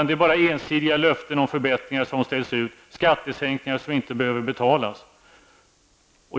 Det är bara fråga om ensidiga löften om förbättringar. Det rör sig om skattesänkningar som inte behöver betalas.